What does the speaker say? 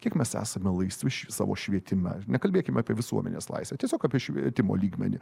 kiek mes esame laisvi švi savo švietime nekalbėkim apie visuomenės laisvę tiesiog apie švietimo lygmenį